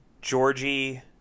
Georgie